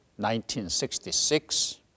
1966